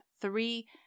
three